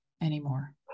anymore